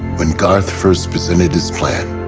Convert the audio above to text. when garth first presented his plan,